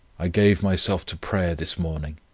i gave myself to prayer this morning,